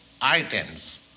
items